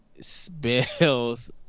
spells